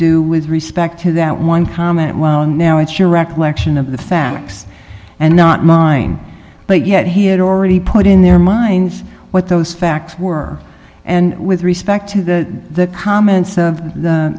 do with respect to that one comment well now it's your recollection of the facts and not mine but yet he had already put in their minds what those facts were and with respect to the comments of the